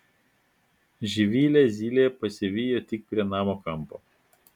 živilę zylė pasivijo tik prie namo kampo